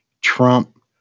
Trump